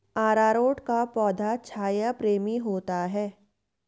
अरारोट का पौधा छाया प्रेमी होता है